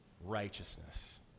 righteousness